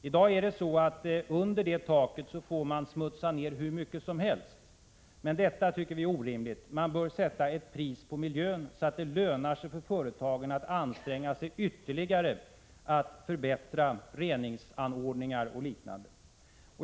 I dag får man under det taket smutsa ner hur mycket som helst, men detta tycker vi är orimligt. Man bör sätta ett pris på miljön, så att det lönar sig för företagen att anstränga sig ytterligare för att förbättra reningsanordningar och liknande.